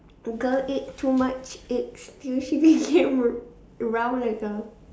the girl ate too much eggs till she became r~ round like a